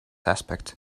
aspect